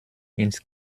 ins